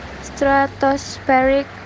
stratospheric